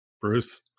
Bruce